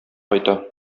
кайта